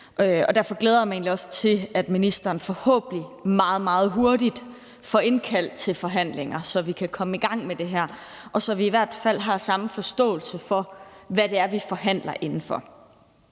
Og derfor glæder jeg mig egentlig også til, at ministeren forhåbentlig meget, meget hurtigt får indkaldt til forhandlinger, så vi kan komme i gang med det her, og så vi i hvert fald har samme forståelse af, hvad det er, vi forhandler indenfor.